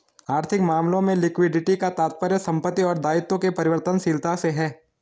आर्थिक मामलों में लिक्विडिटी का तात्पर्य संपत्ति और दायित्व के परिवर्तनशीलता से है